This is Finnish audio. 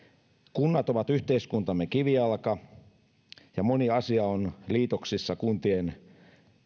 kunnat ovat yhteiskuntamme kivijalka ja moni asia on liitoksissa kuntien